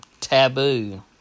taboo